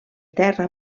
terra